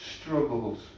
struggles